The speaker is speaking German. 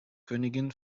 königin